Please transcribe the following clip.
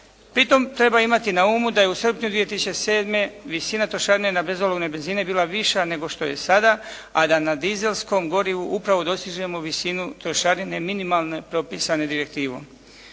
Pri tome treba imati na umu da je u srpnju 2007. visina trošarine na bezolovne benzine bila viša nego što je sada a da na dizelskom gorivu upravo dostižemo visinu trošarine minimalne propisane direktivom.